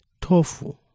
tofu